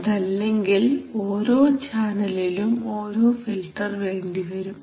അതല്ലെങ്കിൽ ഓരോ ചാനലിലും ഓരോ ഫിൽട്ടർ വേണ്ടിവരും